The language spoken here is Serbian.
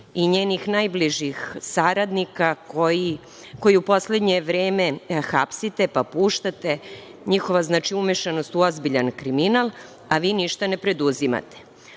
i njenih najbližih saradnika, koje u poslednje vreme hapsite pa ih puštate, njihova umešanost u ozbiljan kriminal, a vi ništa ne preduzimate.